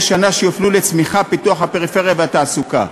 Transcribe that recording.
שנה שיופנו לצמיחה ולפיתוח הפריפריה והתעסוקה.